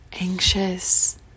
anxious